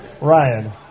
Ryan